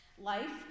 Life